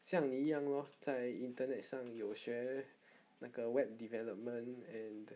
像你一样 lor 在 internet 上有学那个 web development and